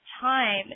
time